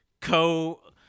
co